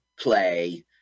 play